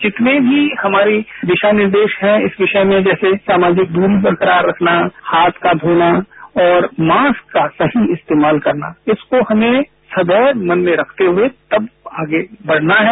जितने भी हमारे दिशा निर्देश हैं इस विषय में जैसे सामाजिक दूरी बरकरार रखना हाथ का धोना और मास्क का सही इस्तेमाल करना इसको हमें सदैव मन में रखते हुए तब आगे बढ़ना है